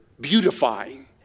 beautifying